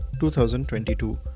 2022